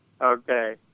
Okay